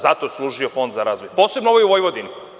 Za to je služio Fond za razvoj, posebno ovaj u Vojvodini.